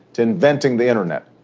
to inventing the internet,